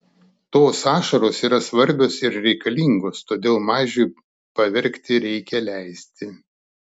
tos ašaros yra svarbios ir reikalingos todėl mažiui paverkti reikia leisti